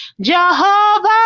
Jehovah